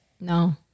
No